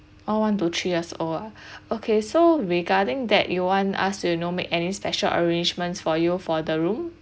all one to three years old ah okay so regarding that you want us you know make any special arrangements for you for the room